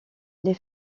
les